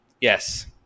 Yes